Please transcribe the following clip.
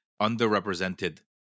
underrepresented